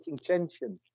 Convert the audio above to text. tension